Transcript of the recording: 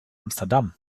amsterdam